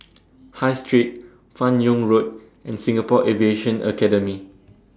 High Street fan Yoong Road and Singapore Aviation Academy